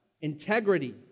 Integrity